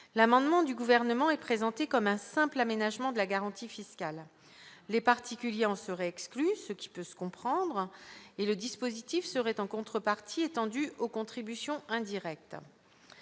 l'amendement du gouvernement est présenté comme un simple aménagement de la garantie fiscale les particuliers en seraient exclus, ce qui peut se comprendre, et le dispositif serait en contrepartie étendue aux contributions indirectes